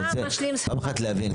ואני רוצה פעם אחת להבין.